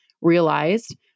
realized